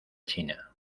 china